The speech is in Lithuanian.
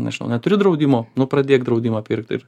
nežinau neturi draudimo nu pradėk draudimą pirkti ir